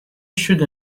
should